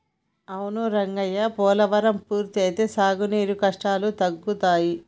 అవును రంగయ్య పోలవరం పూర్తి అయితే సాగునీరు కష్టాలు తగ్గుతాయి